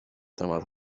temat